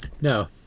No